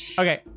Okay